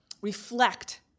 reflect